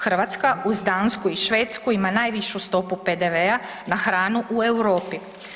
Hrvatska uz Dansku i Švedsku ima najvišu stopu PDV-a na hranu u Europi.